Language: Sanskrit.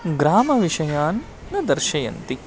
ग्रामविषयान् न दर्शयन्ति